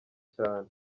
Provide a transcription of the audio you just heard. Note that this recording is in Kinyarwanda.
cyane